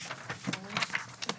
"(ו)